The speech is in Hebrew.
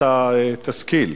אתה תשכיל.